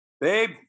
Babe